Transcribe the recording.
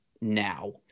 now